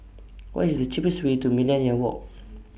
What IS The cheapest Way to Millenia Walk